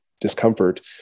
discomfort